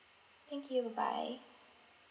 thank you bye bye